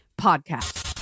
Podcast